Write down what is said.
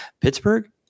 Pittsburgh